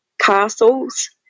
castles